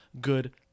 good